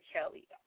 Kelly